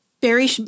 Barry